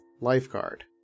lifeguard